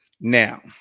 Now